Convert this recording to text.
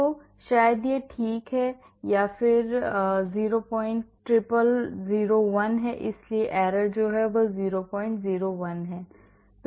तो शायद यह ठीक है या 00001 है इसलिए error 001 है